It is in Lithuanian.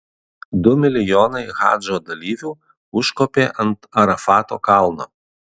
du milijonai hadžo dalyvių užkopė ant arafato kalno